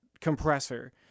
compressor